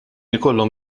ikollhom